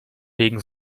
wegen